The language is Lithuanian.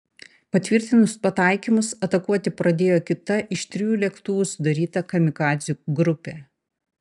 patvirtinus pataikymus atakuoti pradėjo kita iš trijų lėktuvų sudaryta kamikadzių grupė